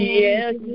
yes